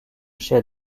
chef